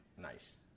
nice